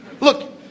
Look